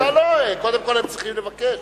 אתה לא, קודם כול צריך לבקש.